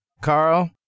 Carl